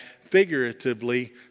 figuratively